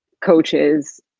coaches